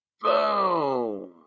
Boom